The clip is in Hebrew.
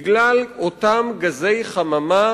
בגלל אותם גזי חממה